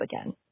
again